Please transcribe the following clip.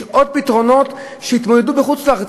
יש עוד פתרונות שאתם התמודדו בחוץ-לארץ.